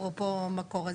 אפרופו מקור הזיהום,